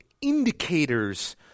indicators